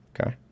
okay